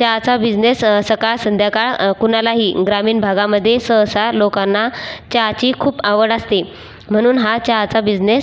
चहाचा बिझनेस सकाळ संध्याकाळ कुणालाही ग्रामीण भागामधे सहसा लोकांना चहाची खूप आवड असते म्हणून हा चहाचा बिझनेस